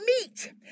meat